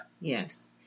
Yes